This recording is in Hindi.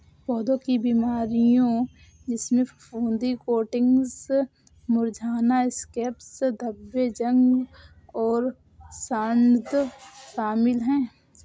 पौधों की बीमारियों जिसमें फफूंदी कोटिंग्स मुरझाना स्कैब्स धब्बे जंग और सड़ांध शामिल हैं